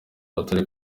batari